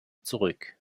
zurück